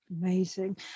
Amazing